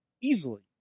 easily